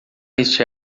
este